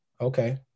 Okay